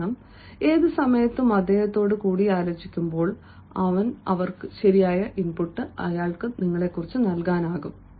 കാരണം ഏത് സമയത്തും അദ്ദേഹത്തോട് കൂടിയാലോചിക്കുമ്പോൾ അവൻ അവർക്ക് ശരിയായ ഇൻപുട്ട് നൽകും